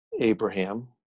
Abraham